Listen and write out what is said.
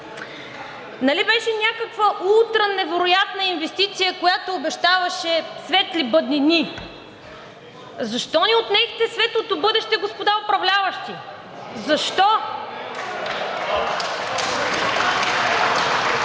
Нали беше някаква ултра невероятна инвестиция, която обещаваше светли бъднини?! Защо ни отнехте светлото бъдеще, господа управляващи?! Защо?!